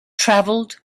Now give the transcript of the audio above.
travelled